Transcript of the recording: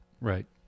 Right